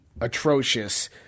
atrocious